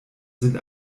sind